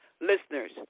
listeners